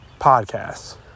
podcasts